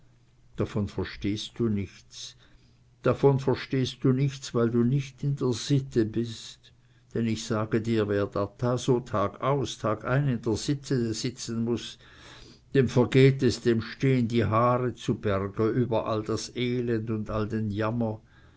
davon verstehst du nichts davon verstehst du nichts weil du nicht in der sitte bist denn ich sage dir wer da so tagaus tagein in der sitte sitzen muß dem vergeht es dem stehen die haare zu berge über all das elend und all den jammer